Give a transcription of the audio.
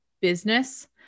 business